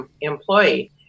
employee